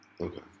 Okay